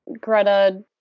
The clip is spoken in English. Greta